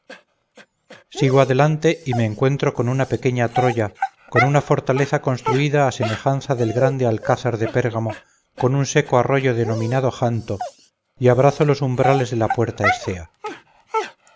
sigo adelante y me encuentro con una pequeña troya con una fortaleza construida a semejanza del grande alcázar de pérgamo con un seco arroyo denominado janto y abrazo los umbrales de una puerta escea